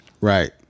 Right